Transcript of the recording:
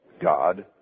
God